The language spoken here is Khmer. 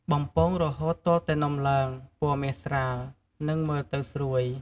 បំពងរហូតទាល់តែនំឡើង ពណ៌មាសស្រាល និងមើលទៅស្រួយ។